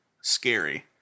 scary